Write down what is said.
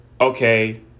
okay